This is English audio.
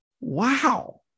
Wow